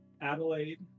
Adelaide